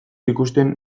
ikusten